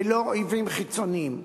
ולא אויבים חיצוניים.